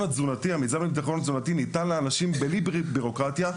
התזונתי המיזם לביטחון התזונתי ניתן לאנשים בלי בירוקרטיה,